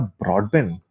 broadband